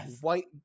white